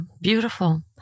beautiful